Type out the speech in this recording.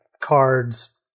cards